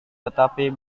tetapi